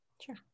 Sure